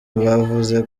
bavuze